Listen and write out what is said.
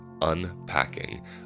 unpacking